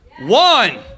One